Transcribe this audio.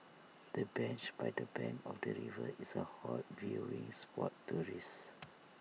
the bench by the bank of the river is A hot viewing spot tourists